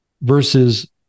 versus